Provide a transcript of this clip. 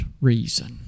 reason